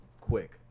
quick